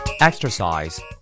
Exercise